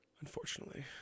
Unfortunately